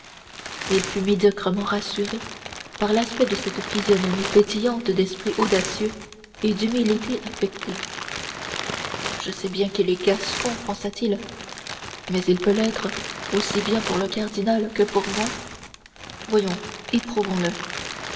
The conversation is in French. il fut médiocrement rassuré par l'aspect de cette physionomie pétillante d'esprit astucieux et d'humilité affectée je sais bien qu'il est gascon pensa-t-il mais il peut l'être aussi bien pour le cardinal que pour moi voyons éprouvons le